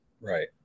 right